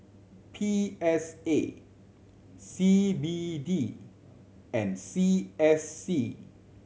P S A C B D and C S C